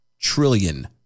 trillion